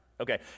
Okay